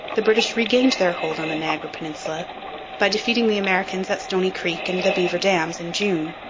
the british regained their hold on the niagara peninsula by defeating the americans at stoney creek and the beaver dams in june,